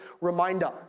reminder